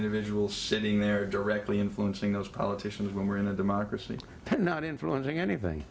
individual sitting there directly influencing those politicians when we're in a democracy it's not influencing anything